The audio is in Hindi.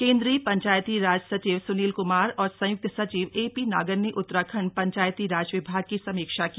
केन्द्रीय पंचायती राज सचिव स्नील क्मार और संय्क्त सचिव ए पी नागर ने उत्तराखंड पंचायतीराज विभाग की समीक्षा की